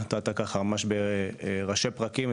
נתת ככה ממש בראשי פרקים,